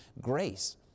grace